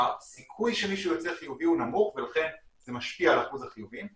הסיכוי שמישהו ייצא חיובי הוא נמוך ולכן זה משפיע על אחוז החיוביים,